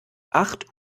acht